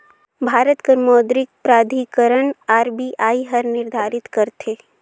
भारत कर मौद्रिक प्राधिकरन आर.बी.आई हर निरधारित करथे